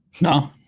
No